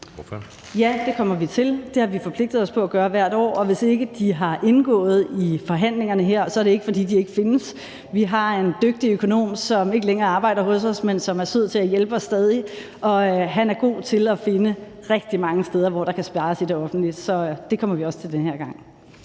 (NB): Ja, det kommer vi til. Det har vi forpligtet os på at gøre hvert år, og hvis ikke de har indgået i forhandlingerne her, er det ikke, fordi de ikke findes. Vi har en dygtig økonom, som ikke længere arbejder hos os, men som stadig er sød til at hjælpe os, og han er god til at finde rigtig mange steder, hvor der kan spares i det offentlige. Så det kommer vi også til denne gang.